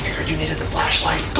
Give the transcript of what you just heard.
heard you needed the flash light.